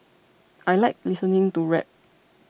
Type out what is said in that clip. I like listening to rap